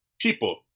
People